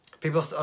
people